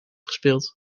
gespeeld